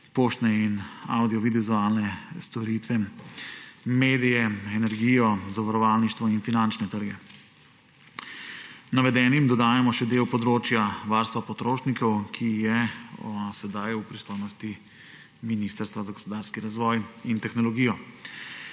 poštne in avdiovizualne storitve, medije, energijo, zavarovalništvo in finančne trge. Navedenim dodajamo še del področja varstvo potrošnikov, ki je sedaj v pristojnosti Ministrstva za gospodarski razvoj in tehnologijo.